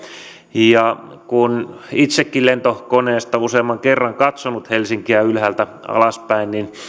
ja kun itsekin lentokoneesta olen useamman kerran katsonut helsinkiä ylhäältä alaspäin niin